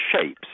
shapes